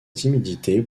timidité